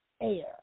air